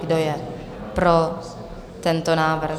Kdo je pro tento návrh?